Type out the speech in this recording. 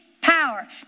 power